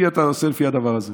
אתה עושה לפי הדבר הזה.